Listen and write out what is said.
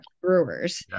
Brewers